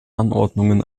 anordnungen